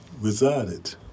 resided